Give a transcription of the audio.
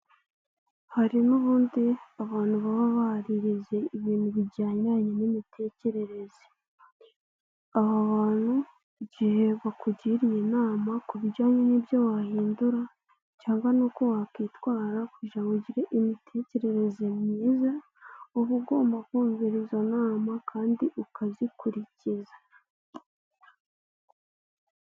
Hari n'ubundi abantu baba barize ibintu bijyanye n'imitekerereze, aba bantu igihe bakugiriye inama ku bijyanye n'ibyo wahindura cyangwa nuko wakwitwara kugira ngo ugire imitekerereze myiza uba ugomba kumvira izo nama kandi ukazikurikiza.